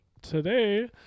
today